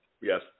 Yes